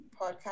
podcast